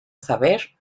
saber